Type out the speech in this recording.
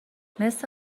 مثل